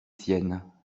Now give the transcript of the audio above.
siennes